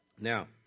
Now